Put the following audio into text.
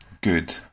Good